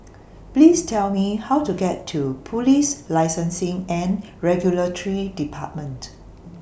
Please Tell Me How to get to Police Licensing and Regulatory department